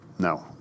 No